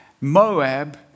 Moab